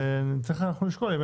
נצטרך לשקול.